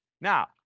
Now